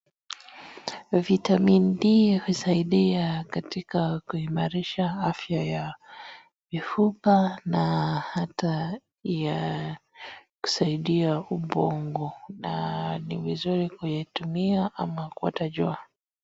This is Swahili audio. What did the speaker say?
Vitamin D husaidia katika kuimarisha afya ya mifupa na hata ya kusaidia ubongo na vizuri kuitumia ama kuota jua.